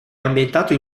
ambientato